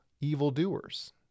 evildoers